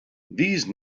these